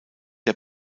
der